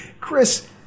Chris